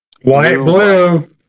White-blue